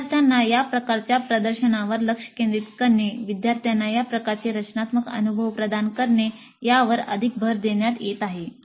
विद्यार्थ्यांना या प्रकारच्या प्रदर्शनावर लक्ष केंद्रित करणे विद्यार्थ्यांना या प्रकारचे रचनात्मक अनुभव प्रदान करणे यावर अधिक भर देण्यात येत आहे